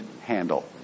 handle